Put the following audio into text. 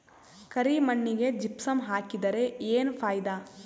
ಕರಿ ಮಣ್ಣಿಗೆ ಜಿಪ್ಸಮ್ ಹಾಕಿದರೆ ಏನ್ ಫಾಯಿದಾ?